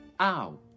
Ow